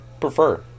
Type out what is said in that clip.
prefer